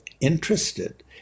interested